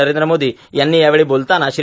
नरेंद्र मोदी यांनी यावेळी बोलतांना श्री